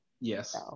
Yes